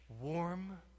Warm